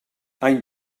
any